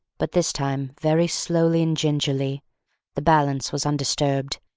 but this time very slowly and gingerly the balance was undisturbed,